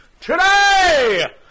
today